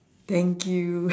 thank you